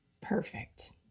Perfect